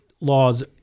laws